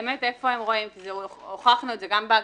באמת איפה הם רואים כי הוכחנו את זה גם בעגבניות,